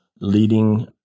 leading